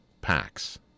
packs